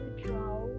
draw